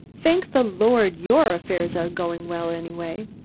thank the lord your affairs are going well anyway.